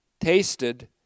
tasted